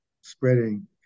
spreading